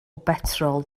betrol